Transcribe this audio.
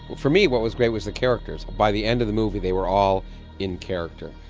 for me what was great was the characters by the end of the movie they were all in character.